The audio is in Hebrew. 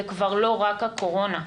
זה כבר לא רק הקורונה,